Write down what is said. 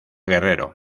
guerrero